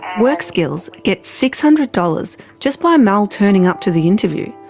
workskills get six hundred dollars just by mel turning up to the interview.